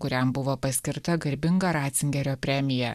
kuriam buvo paskirta garbinga racingerio premija